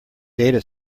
data